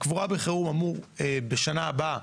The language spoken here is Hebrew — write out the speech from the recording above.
הקבורה בחירום אמורה בשנה הבאה